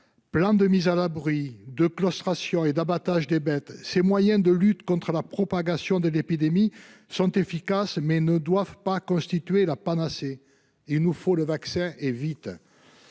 Plans de mise à l'abri, de claustration et d'abattage des bêtes ... Ces moyens de lutte contre la propagation de l'épidémie sont efficaces, mais ne doivent pas constituer la panacée. Il nous faut un vaccin, et vite !